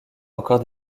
encore